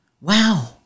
Wow